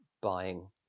buying